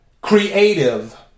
creative